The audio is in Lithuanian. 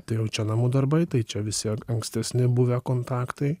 tai jau čia namų darbai tai čia visi an ankstesni buvę kontaktai